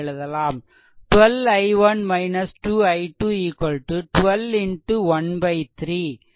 12 i1 2 i2 12 x13 2 x 1 2 volt